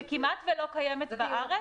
-- שכמעט ולא קיימת בארץ.